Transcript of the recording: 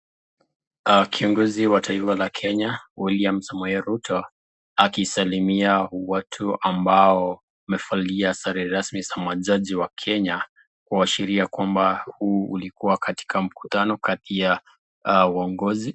Kiongozi wa taifa la Kenya William Samuel Ruto akisalimia watu ambao wamefuatilia sherehe rasmi za majaji wa Kenya kuashiria kwamba huu ulikuwa katika mkutano kati ya waongozi